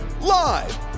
live